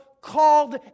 called